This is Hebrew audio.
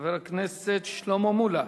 חבר הכנסת שלמה מולה,